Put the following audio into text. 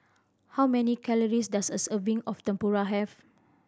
how many calories does a serving of Tempura have